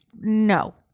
No